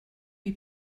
lui